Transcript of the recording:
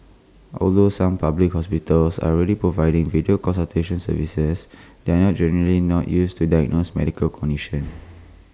although some public hospitals are already providing video consultation services they are generally not used to diagnose medical conditions